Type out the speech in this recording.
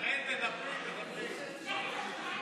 שרן מדברת, לא, היא